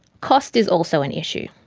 cost is also an issue.